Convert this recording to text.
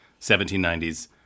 1790s